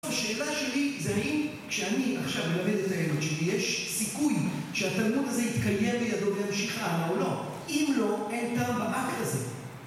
השאלה שלי זה האם כשאני עכשיו מלמד את הילד שלי, יש סיכוי שהתלמוד הזה יתקיים לידו וימשיך הלאה או לא? אם לא, אין טעם באקט הזה